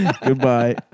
Goodbye